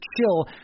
chill